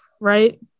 right